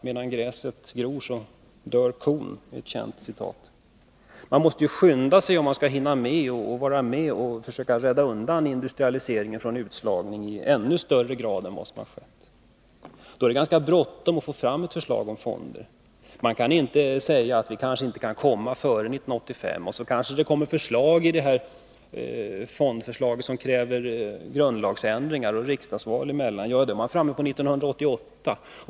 Medan gräset gror, dör kon. Man måste skynda sig för att hinna med att rädda undan industrialiseringen från utslagning i ännu större utsträckning. Det har sagts att man kanske inte kan få fram ett förslag före 1985. Men om det förslaget kräver grundlagsändringar med riksdagsval emellan, då är vi framme vid 1988.